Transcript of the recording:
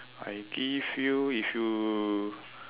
I give you if you